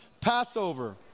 Passover